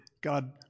God